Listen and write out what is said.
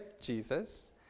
Jesus